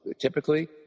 typically